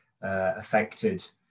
affected